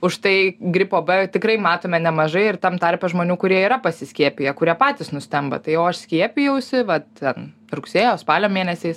užtai gripo b tikrai matome nemažai ir tam tarpe žmonių kurie yra pasiskiepiję kurie patys nustemba tai o aš skiepijausi va ten rugsėjo spalio mėnesiais